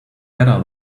better